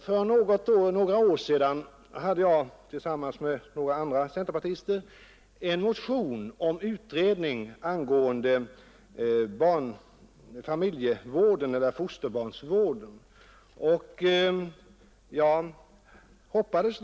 För några år sedan väckte jag tillsammans med några andra centerpartister en motion om utredning angående familjevården eller fosterbarnsvården.